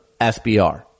SBR